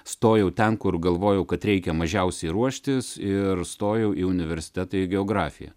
stojau ten kur galvojau kad reikia mažiausiai ruoštis ir stojau į universitetą į geografiją